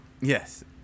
Yes